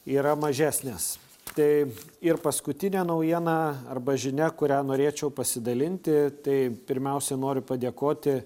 yra mažesnės tai ir paskutinė naujiena arba žinia kuria norėčiau pasidalinti tai pirmiausia noriu padėkoti